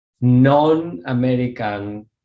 non-American